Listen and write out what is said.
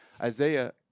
Isaiah